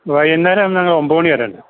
വൈകുന്നേരം ഞങ്ങൾ ഒമ്പത് മണി വരെ ഉണ്ട്